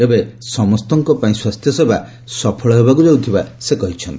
ଏବେ ସମସ୍ତଙ୍କ ପାଇଁ ସ୍ୱାସ୍ଥ୍ୟସେବା ସଫଳ ହେବାକୁ ଯାଉଥିବା ସେ କହିଛନ୍ତି